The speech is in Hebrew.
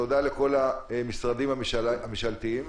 תודה לכל המשרדים הממשלתיים.